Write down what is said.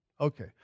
Okay